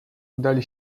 udali